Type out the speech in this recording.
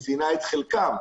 היא ציינה את חלקן.